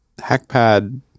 Hackpad